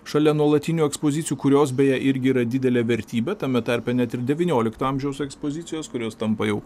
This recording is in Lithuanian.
šalia nuolatinių ekspozicijų kurios beje irgi yra didelė vertybė tame tarpe net ir devyniolikto amžiaus ekspozicijos kurios tampa jau